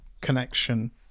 connection